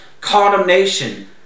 condemnation